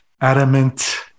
adamant